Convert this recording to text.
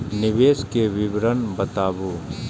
निवेश के विवरण बताबू?